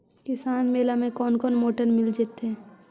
किसान मेला में कोन कोन मोटर मिल जैतै?